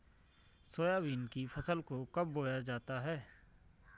Soybean की फसल को कब बोया जाता है?